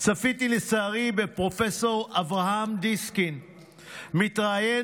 צפיתי לצערי בפרופ' אברהם דיסקין מתראיין